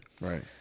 Right